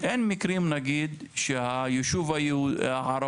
אין מקרים נניח שהישוב הערבי,